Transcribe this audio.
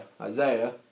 Isaiah